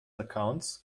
accounts